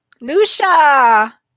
Lucia